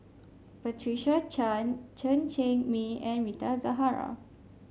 Patricia Chan Chen Cheng Mei and Rita Zahara